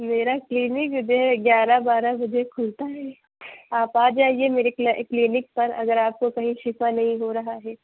میرا کلینک جو ہے گیارہ بارہ بجے کھلتا ہے آپ آ جائیے میرے کلینک پر اگر آپ کو کہیں شفا نہیں ہو رہا ہے